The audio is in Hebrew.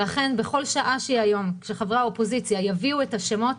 לכן בכל שעה היום שחברי האופוזיציה יביאו את השמות,